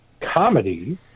comedy